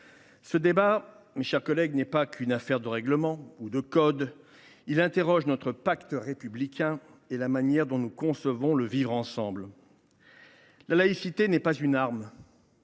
? Mes chers collègues, ce débat n’est pas qu’une affaire de règlements ou de codes. Il met en jeu notre pacte républicain et la manière dont nous concevons le vivre ensemble. La laïcité n’est pas une arme,